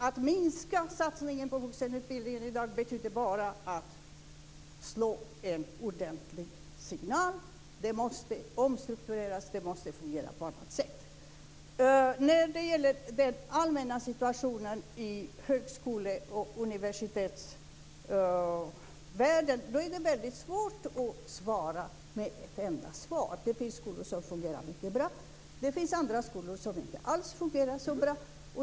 Att minska satsningen på vuxenutbildningen i dag betyder bara att ge en ordentlig signal. Den måste omstruktureras. Den måste fungera på annat sätt. Det är svårt att ge ett svar på frågan om den allmänna situationen i högskole och universitetsvärlden. Det finns skolor som fungerar mycket bra, och det finns andra skolor som inte alls fungerar så bra.